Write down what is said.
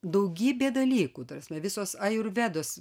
daugybė dalykų tarsi ta prasme visos ajurvedos